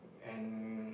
and